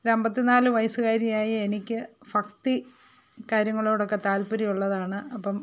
ഒരൻപത്തി നാലു വയസ്സുകാരിയായ എനിക്ക് ഭക്തി കാര്യങ്ങളോടൊക്കെ താത്പര്യമുള്ളതാണ് അപ്പം